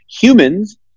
Humans